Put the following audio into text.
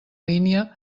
línia